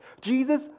Jesus